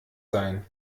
sein